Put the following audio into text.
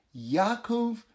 Yaakov